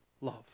love